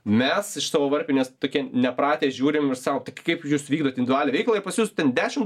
mes iš savo varpinės tokie nepratę žiūrim ir sau tai kaip jūs vykdot individualią veiklą jei pas jus ten dešim